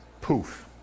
poof